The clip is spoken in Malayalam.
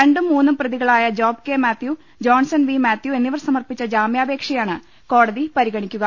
രണ്ടും മൂന്നും പ്രതികളായ ജോബ് കെ മാത്യു ജോൺസൺ വി മാത്യു എന്നിവർ സമർപ്പിച്ച ജാമ്യാപേക്ഷയാണ് കോടതി പരിഗണിക്കുക